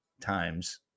times